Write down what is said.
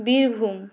Birbhum